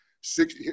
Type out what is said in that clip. six